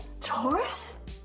Taurus